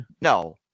no